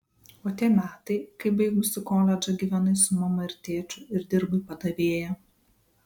o tie metai kai baigusi koledžą gyvenai su mama ir tėčiu ir dirbai padavėja